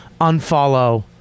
Unfollow